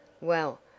Well